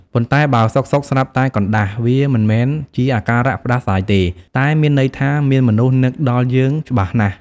ប៉ុន្តែ បើសុខៗស្រាប់តែកណ្ដាស់ វាមិនមែនជាអាការៈផ្តាសាយទេ តែមានន័យថា មានមនុស្សនឹកដល់យើងច្បាស់ណាស់។